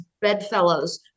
bedfellows